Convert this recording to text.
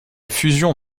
fusion